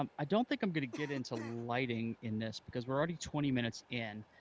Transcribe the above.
um i don't think i'm going to get into lighting in this, because we're already twenty minutes in,